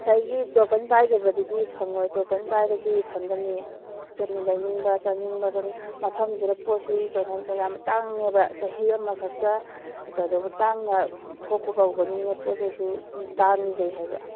ꯉꯁꯥꯏꯒꯤ ꯇꯣꯀꯟ ꯄꯥꯏꯗꯕꯗꯨꯗꯤ ꯐꯪꯉꯣꯏ ꯇꯣꯀꯟ ꯄꯥꯏꯔꯗꯤ ꯐꯪꯒꯅꯤ ꯅꯣꯏꯅ ꯂꯩꯅꯤꯡꯕ ꯆꯥꯅꯤꯡꯕ ꯑꯗꯨꯝ ꯃꯐꯝꯗꯨꯗ ꯄꯣꯠꯁꯤ ꯀꯩꯅꯣ ꯌꯥꯝ ꯇꯥꯡꯉꯦꯕ ꯆꯍꯤ ꯑꯃꯈꯛꯇ ꯀꯩꯗꯧꯕ ꯇꯥꯡꯅ ꯊꯣꯛꯄ ꯀꯧꯕꯅꯤꯅ ꯄꯣꯠ ꯆꯩꯁꯤ ꯁꯨꯝ ꯇꯥꯡꯖꯩ ꯍꯥꯏꯕ